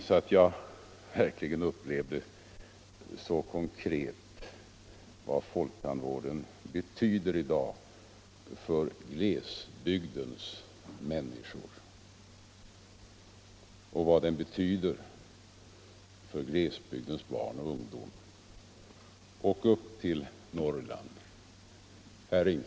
Här fick jag verkligen konkret uppleva vad folktandvården betyder i dag för glesbygdens människor, särskilt dess barn och ungdom. Res upp till Norrland, herr Ringaby!